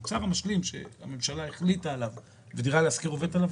המוצר המשלים שהממשלה החליטה עליו ודירה להשכיר עובדת עליו